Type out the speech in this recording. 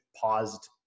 paused